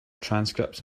transcripts